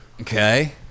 Okay